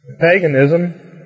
Paganism